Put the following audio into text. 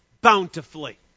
bountifully